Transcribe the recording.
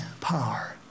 power